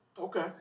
Okay